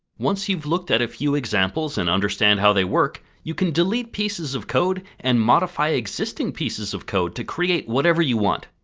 once you have looked at a few examples and understand how they work, you can delete pieces of code, and modify existing pieces of code to create whatever you want.